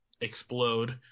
explode